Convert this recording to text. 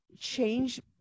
change